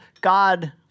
God